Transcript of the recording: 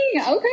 Okay